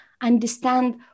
understand